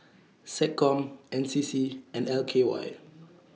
Seccom N C C and L K Y